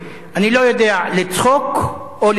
אני לא יודע אם לצחוק או לבכות,